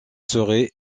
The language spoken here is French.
serait